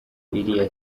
iriya